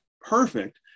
perfect